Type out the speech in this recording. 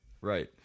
Right